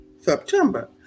September